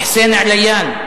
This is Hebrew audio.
חוסין עליאן,